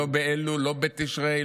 לא באלול ולא בתשרי,